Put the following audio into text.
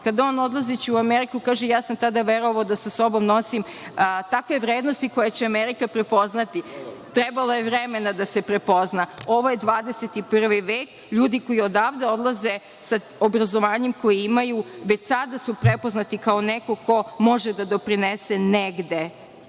kad on odlazeći u Ameriku kaže – ja sam tada verovao da sa sobom nosim takve vrednosti koje će Amerika prepoznati. Trebalo je vremena da se prepozna. Ovo je 21. vek. Ljudi koji odavde odlaze sa obrazovanjem koje imaju već sada su prepoznati kao neko ko može da doprinese negde.